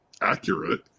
accurate